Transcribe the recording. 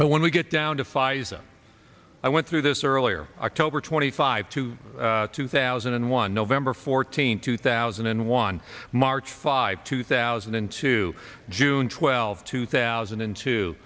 but when we get down to pfizer i went through this earlier october twenty five to two thousand and one november fourteenth two thousand and one march five two thousand and two june twelfth two thousand and two